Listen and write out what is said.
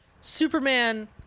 Superman